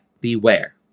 Beware